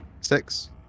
Six